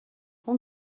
اون